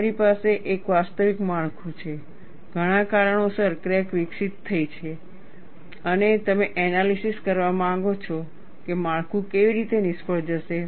તમારી પાસે એક વાસ્તવિક માળખું છે ઘણા કારણોસર ક્રેક વિકસિત થઈ છે અને તમે એનાલિસિસ કરવા માંગો છો કે માળખું કેવી રીતે નિષ્ફળ જશે